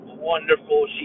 Wonderful